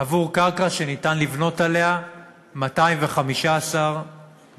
עבור קרקע שניתן לבנות עליה 215 דירות,